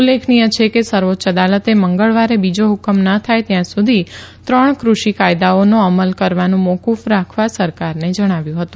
ઉલ્લેખનીય છે કે સર્વોચ્ય અદાલતે મંગળવારે બીજો ઠ્કકમ ન થાય ત્યાં સુધી ત્રણ કૃષિ કાયદાના અમલ કરવાનું મોક્ક રાખવા સરકારને જણાવ્યું હતું